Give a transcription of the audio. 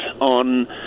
on